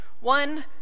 one